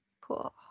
Cool